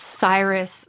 Cyrus